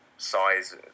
size